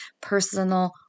personal